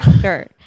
Sure